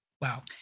Wow